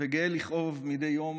וגאה לכאוב מדי יום